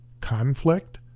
conflict